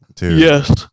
Yes